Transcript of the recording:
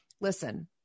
listen